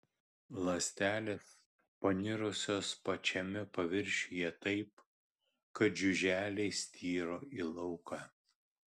ląstelės panirusios pačiame paviršiuje taip kad žiuželiai styro į lauką